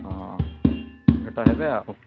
ହଁ ଭେଟ ହେବେ ଆଉ